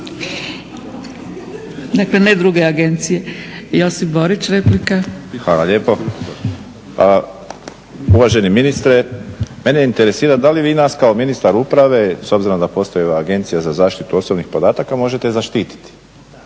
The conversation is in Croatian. dakle ne druge agencije. Josip Borić, replika. **Borić, Josip (HDZ)** Hvala lijepo. Uvaženi ministre, mene interesira da li vi nas kao ministar uprave, s obzirom da postoji ova Agencija za zaštitu osobnih podataka možete zaštiti?